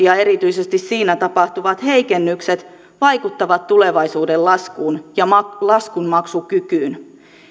ja erityisesti siinä tapahtuvat heikennykset vaikuttavat tulevaisuuden laskuun ja laskunmaksukykyyn